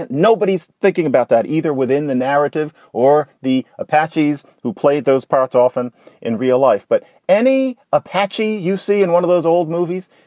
and nobody's thinking about that either within the narrative or the apaches who played those parts, often in real life. but any apache you see in one of those old movies,